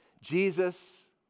Jesus